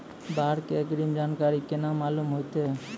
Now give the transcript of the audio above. बाढ़ के अग्रिम जानकारी केना मालूम होइतै?